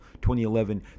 2011